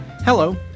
hello